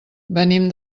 venim